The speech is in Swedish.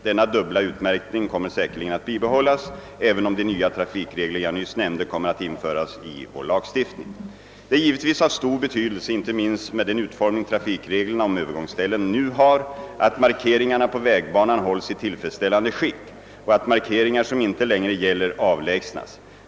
Denna dubbla utmärkning kommer säkerligen att bibehållas även om de nya trafikregler jag nyss nämnde kommer att införas i vår lagstiftning. Det är givetvis av stor betydelse, inte minst med den utformning trafikreglerna om Öövergångsställen nu har, att markeringarna på vägbanan hålls i tillfredsställande skick och att markeringar som inte längre gäller avlägsnas.